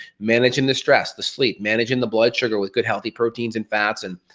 managing the stress, the sleep, managing the blood sugar with good healthy proteins and fats, and,